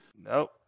Nope